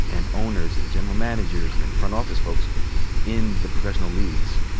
and owners, and general managers, and front office folks in the professional leagues.